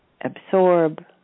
absorb